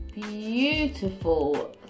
beautiful